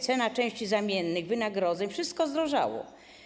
Cena części zamiennych, wynagrodzeń - wszystko zdrożało.